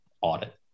audit